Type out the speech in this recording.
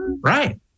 Right